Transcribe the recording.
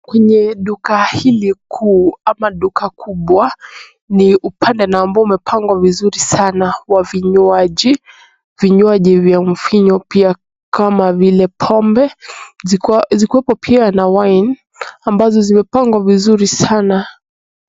Kwenye duka hili kuu ama duka kubwa ni upande na ambao umepangwa vizuri sana wa vinywaji, vinywaji vya mvinyo pia kama vile pombe, zikiweko pia na wine amabazo zimepangwa vizuri sana.